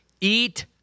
eat